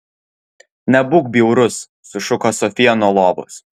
nebūk bjaurus sušuko sofija nuo lovos